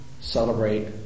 celebrate